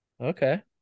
Okay